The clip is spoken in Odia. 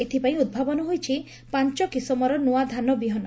ଏଥିପାଇଁ ଉଦ୍ଭାବନ ହୋଇଛି ପାଞ କିଶମର ନୃଆ ଧାନ ବିହନ